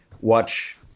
watch